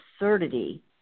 absurdity